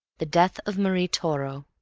the death of marie toro